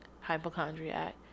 hypochondriac